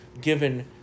given